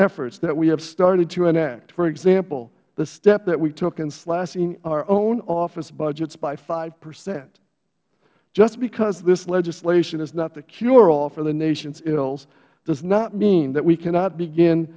efforts that we have started to enact for example the step that we took in slashing our own office budgets by five percent just because this legislation is not the cureall for the nation's ills does not mean that we cannot begin